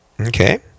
Okay